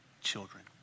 children